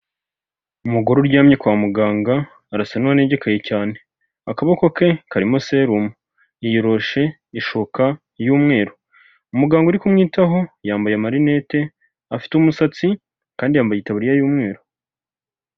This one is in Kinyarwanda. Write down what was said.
Umugore uryamye kwa muganga arasa n'uwanegekaye cyane, akaboko ke karimo serume yiyoroshe ishuka y'umweru, umuganga uri kumwitaho yambaye amarinete afite umusatsi kandi yambaye itaburiya y'umweru.